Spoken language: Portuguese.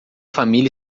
família